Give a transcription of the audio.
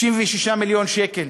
66 מיליון שקל,